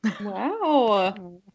Wow